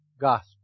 gospel